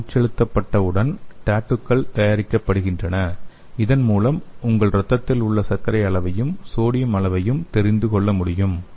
இது உட்செலுத்தப்பட்டவுடன் டாட்டூக்கள் தயாரிக்கப்படுகின்றன இதன் மூலம் உங்கள் இரத்தத்தில் உள்ள சர்க்கரை அளவையும் சோடியம் அளவையும் தெரிந்து கொள்ள முடியும்